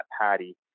patty